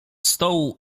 stołu